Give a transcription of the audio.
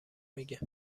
میگه